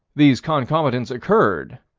these concomitants occurred,